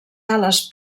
ales